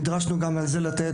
נדרשנו לתת גם על זה.